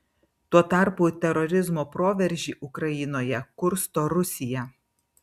tuo tarpu terorizmo proveržį ukrainoje kursto rusija